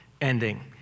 ending